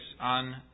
on